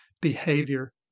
behavior